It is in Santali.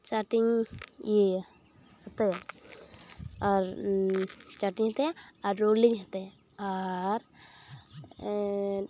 ᱪᱟᱴᱤᱧ ᱤᱭᱟᱹᱭᱟ ᱟᱨ ᱪᱟᱴᱤᱧ ᱦᱟᱛᱟᱭᱟ ᱟᱨ ᱨᱳᱞᱤᱧ ᱦᱟᱛᱟᱭᱟ ᱟᱨ